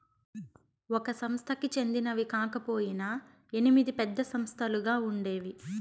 ఒక సంస్థకి చెందినవి కాకపొయినా ఎనిమిది పెద్ద సంస్థలుగా ఉండేవి